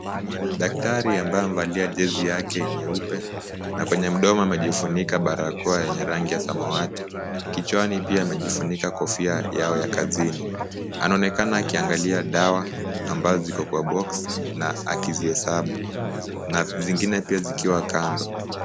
Daktari ambaye amevalia jezi yake nyeupe na kwenye mdomo amejifunika barakoa yenye rangi ya samawati. Kichwani pia amejifunika kofia yao ya kazini. Anaonekana akiangalia dawa ambazo ziko kwa box na akizihesabu, na zingine pia zikiwa kando.